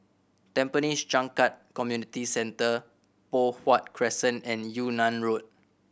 Tampines Changkat Community Centre Poh Huat Crescent and Yunnan Road